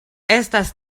estas